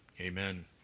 Amen